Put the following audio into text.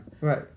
Right